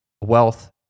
wealth